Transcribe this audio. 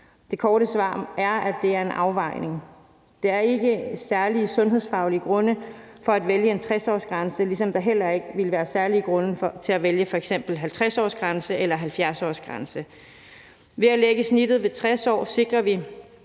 Det korte svar er, at det er en afvejning. Der er ikke særlige sundhedsfaglige grunde til at vælge en 60-årsgrænse, ligesom der heller ikke ville være særlige grunde til at vælge f.eks. en 50-årsgrænse eller en 70-årsgrænse. Ved at lægge snittet ved 60 år sikrer vi,